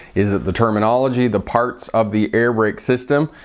is it the terminology, the parts of the airbrake system,